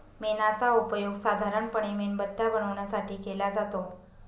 मेणाचा उपयोग साधारणपणे मेणबत्त्या बनवण्यासाठी केला जातो